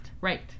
Right